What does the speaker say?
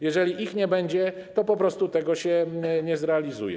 Jeżeli ich nie będzie, to po prostu tego się nie zrealizuje.